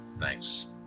Thanks